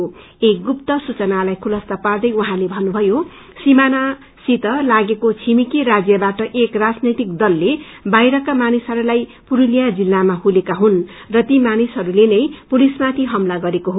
प्राप्त एक गुप्त सूचनालाई खुलस्त पदि उहाँले भन्नुभयो सीमानासिज लागेको छिमेकी राज्यबाट एक राजनैतिक दलले बाहिरका मानिसहस्लाई पुस्तिया जिल्लामा ल्याएका हुन् र ती मानिसहस्ते पुसिसमाथि हमला गरेको हो